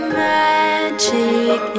magic